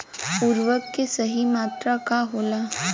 उर्वरक के सही मात्रा का होला?